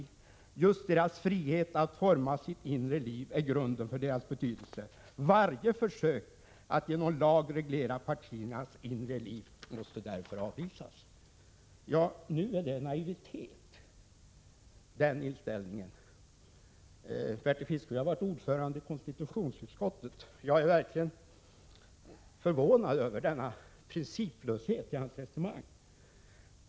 Just deras frihet att forma sitt inre liv är grunden för deras betydelse. Varje försök att genom lag reglera — Prot. 1986/87:46 partiernas inre liv måste därför avvisas.” 10 december 1986 Nu anses alltså den inställningen vara naiv. Bertil Fiskesjö har varit ordförande i konstitutionsutskottet. Jag är verkligt förvånad över denna principlöshet i hans resonemang.